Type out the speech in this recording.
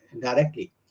directly